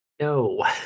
no